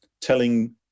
telling